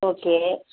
okay